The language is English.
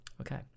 Okay